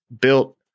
built